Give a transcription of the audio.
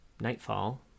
nightfall